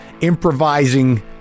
improvising